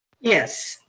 yes,